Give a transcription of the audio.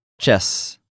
Chess